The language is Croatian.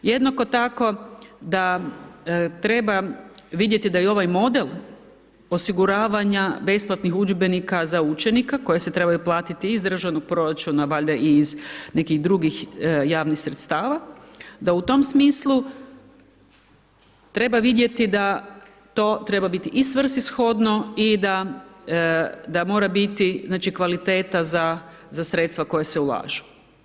Jednako tako da treba vidjeti da i ovaj model osiguravanja besplatnih udžbenika za učenika koja se trebaju platiti iz državnog proračuna valjda i iz nekih drugih javnih sredstava, da u tom smislu treba vidjeti da to treba biti i svrsishodno i da mora biti kvaliteta za sredstava koja se ulažu.